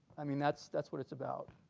i mean that's that's what it's about.